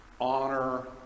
honor